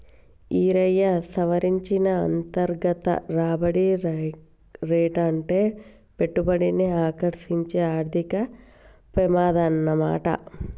ఈరయ్యా, సవరించిన అంతర్గత రాబడి రేటంటే పెట్టుబడిని ఆకర్సించే ఆర్థిక పెమాదమాట